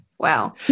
Wow